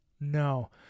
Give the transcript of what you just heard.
No